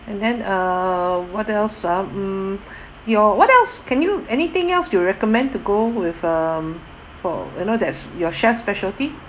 and then uh what else oh mm your what else can you anything else you recommend to go with um for you know that's your chef's specialty